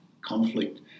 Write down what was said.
conflict